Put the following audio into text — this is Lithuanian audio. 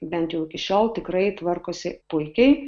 bent jau iki šiol tikrai tvarkosi puikiai